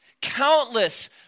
countless